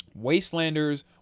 Wastelanders